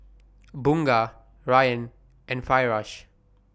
Bunga Ryan and Firash